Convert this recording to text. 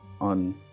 on